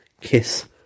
kiss